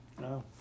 No